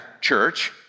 church